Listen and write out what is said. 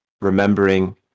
remembering